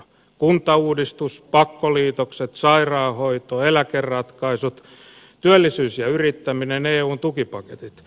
kuntauudistus pakkoliitokset sairaanhoito eläkeratkaisut työllisyys ja yrittäminen eun tukipaketit